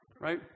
Right